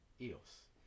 eos